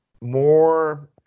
more